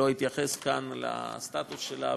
לא אתייחס כאן לסטטוס שלה,